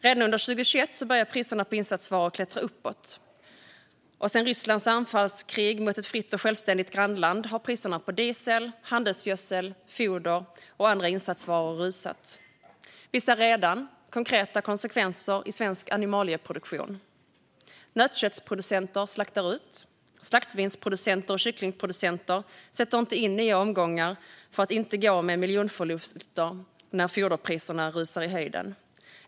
Redan under 2021 började priserna på insatsvaror klättra uppåt, och sedan Rysslands anfallskrig mot ett fritt och självständigt grannland började har priserna på diesel, handelsgödsel, foder och andra insatsvaror rusat. Vi ser redan konkreta konsekvenser i svensk animalieproduktion. Nötköttsproducenter slaktar ut. Slaktsvinsproducenter och kycklingproducenter sätter inte in nya omgångar för att inte gå med miljonförluster när foderpriserna rusar i höjden.